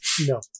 No